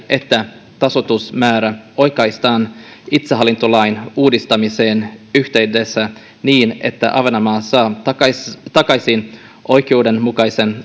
että tasoitusmäärä oikaistaan itsehallintolain uudistamisen yhteydessä niin että ahvenanmaa saa takaisin oikeudenmukaisen